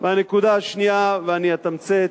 הנקודה השנייה, ואני אתמצת,